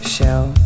Shell